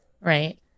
Right